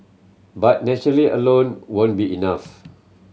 but nation alone won't be enough